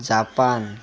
Japan